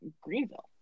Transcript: Greenville